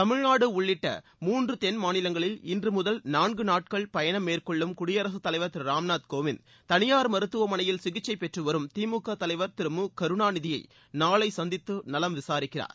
தமிழ்நாடு உள்ளிட்ட மூன்று தென் மாநிலங்களில் இன்று முதல் நான்கு நாள் பயணம் மேற்கொள்ளும் குடியரசுத் தலைவர் திரு ராம் நாத் கோவிந்த் தனியார் மருத்துவமனையில் சிகிச்சை பெற்று வரும் திமுக தலைவர் திரு மு கருணாநிதியை நாளை சந்தித்து நலம் விசாரிக்கிறார்